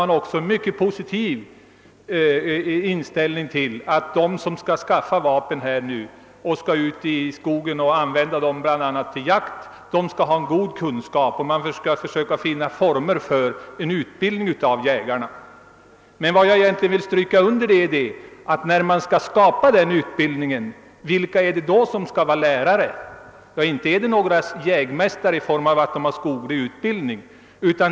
Man hade en mycket positiv inställning till att de som skall skaffa vapen för att använda dem till jakt måste ha goda kunskaper; man skall därför försöka finna former för en utbildning av jägarna. Men vilka skall bli lärare när den utbildningen startar? Ja, inte några jägmästare på grund av att de har skoglig utbildning.